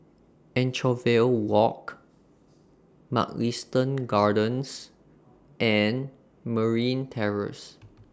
Anchorvale Walk Mugliston Gardens and Merryn Terrace